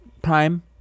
Prime